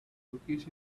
cookies